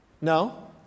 No